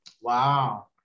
Wow